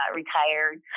retired